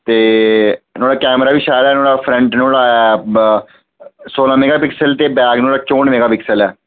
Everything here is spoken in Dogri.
ते नोआड़ा कैमरा बी शैल ऐ फ्रंट नोआड़ा आया सोलह मैगा पिक्सल ते बैक नोआड़ा ऐ चौंठ मैगा पिक्सल ऐ